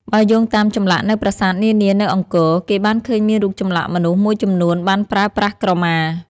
បើយោងតាមចម្លាក់នៅប្រាសាទនានានៅអង្គរ គេបានឃើញមានរូបចម្លាក់មនុស្សមួយចំនួនបានប្រើប្រាស់ក្រមា។